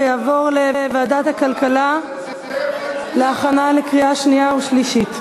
והוא יעבור לוועדת הכלכלה להכנה לקריאה שנייה ושלישית.